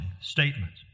statements